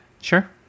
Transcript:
sure